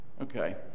Okay